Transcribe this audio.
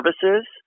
services